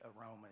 aroma